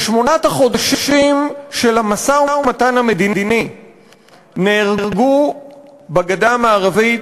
בשמונת החודשים של המשא-ומתן המדיני נהרגו בגדה המערבית,